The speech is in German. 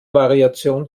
variation